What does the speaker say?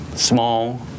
small